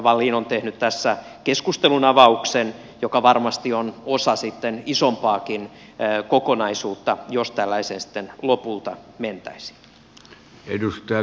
wallin on tehnyt tässä keskustelunavauksen joka varmasti on osa isompaakin kokonaisuutta jos tällaiseen sitten lopulta mentäisiin